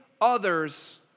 others